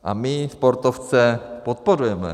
A my sportovce podporujeme.